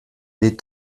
des